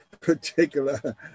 particular